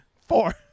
Four